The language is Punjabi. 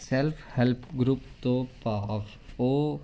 ਸੈਲਫ ਹੈਲਪ ਗਰੁੱਪ ਤੋਂ ਭਾਵ ਉਹ